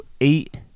eight